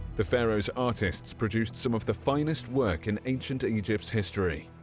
the pharaoh's artists produced some of the finest work in ancient egypt's history,